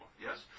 Yes